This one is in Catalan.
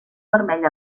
vermell